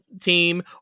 team